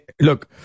look